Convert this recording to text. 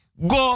Go